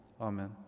Amen